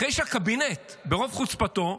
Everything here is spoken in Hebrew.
אחרי שהקבינט, ברוב חוצפתו,